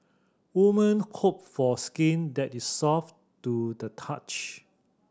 woman hope for skin that is soft to the touch